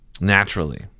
naturally